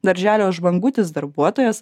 darželio žvangutis darbuotojas